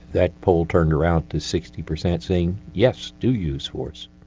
that poll turned around to sixty percent, saying yes, do use force'.